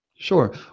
Sure